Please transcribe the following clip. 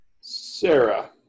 Sarah